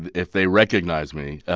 and if they recognize me,